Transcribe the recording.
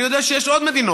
אני יודע שיש עוד מדינות,